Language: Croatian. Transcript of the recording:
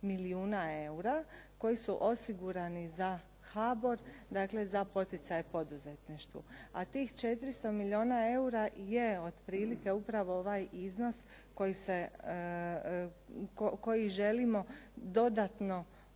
milijuna eura koji su osigurani za HBOR, dakle za poticaje poduzetništvu. A tih 400 milijuna eura je otprilike upravo ovaj iznos koji se, koji želimo dodatno